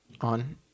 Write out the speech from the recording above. on